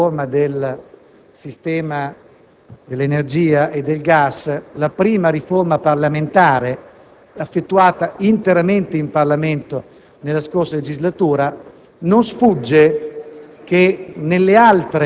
una seria riforma del sistema dell'energia e del gas, la prima riforma parlamentare fatta interamente in Parlamento nella scorsa legislatura - non sfugge